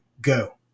Go